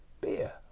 beer